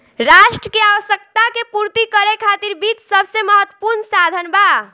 राष्ट्र के आवश्यकता के पूर्ति करे खातिर वित्त सबसे महत्वपूर्ण साधन बा